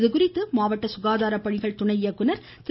இதுகுறித்து மாவட்ட சுகாதாரப்பணிகள் துணை இயக்குநர் திரு